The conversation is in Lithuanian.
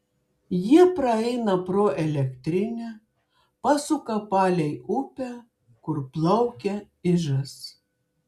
jie praeina pro elektrinę pasuka palei upę kur plaukia ižas